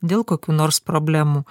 dėl kokių nors problemų